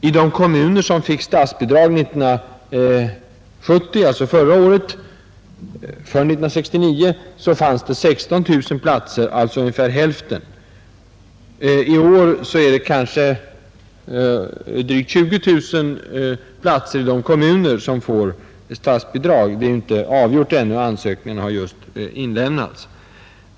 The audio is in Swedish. I de kommuner som förra året fick statsbidrag för 1969 fanns det 16 000 platser, alltså ungefär hälften. I år är det kanske drygt 20 000 platser i de kommuner som får statsbidrag; det är inte avgjort ännu, för ansökningarna har just inlämnats.